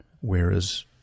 whereas